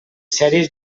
sèries